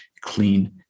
clean